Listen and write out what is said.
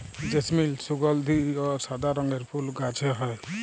জেসমিল সুগলধি অ সাদা রঙের ফুল গাহাছে হয়